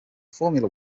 formula